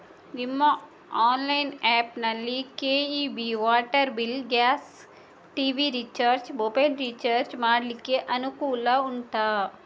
ನಿಮ್ಮ online app ನಲ್ಲಿ KEB, water bill, gas, TV recharge, mobile recharge ಮಾಡ್ಲಿಕ್ಕೆ ಅನುಕೂಲ ಉಂಟಾ